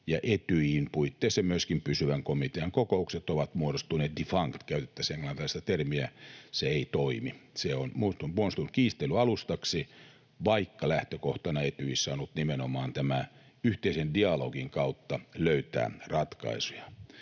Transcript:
ja Etyjin puitteissa myöskin pysyvän komitean kokoukset ovat muodostuneet defunct — käytän tässä englantilaista termiä — eli se ei toimi. Se on muodostunut kiistelyalustaksi, vaikka lähtökohtana Etyjissä on ollut nimenomaan tämän yhteisen dialogin kautta löytää ratkaisuja.